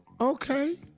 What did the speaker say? Okay